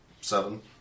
seven